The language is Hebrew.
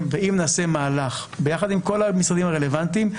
ואם נעשה מהלך ביחד עם כל המשרדים הרלוונטיים,